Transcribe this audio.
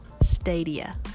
Stadia